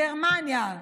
גרמניה,